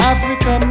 Africa